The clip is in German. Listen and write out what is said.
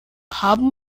haben